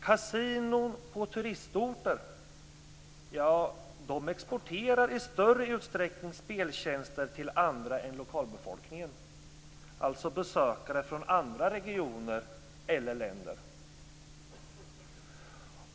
Kasinon på turistorter "exporterar" i större utsträckning speltjänster till andra än lokalbefolkningen, dvs. besökare från andra regioner eller länder.